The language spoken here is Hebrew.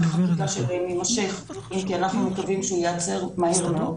החקיקה שלהם יימשך אם כי אנחנו מקווים שהוא ייעצר מהר מאוד.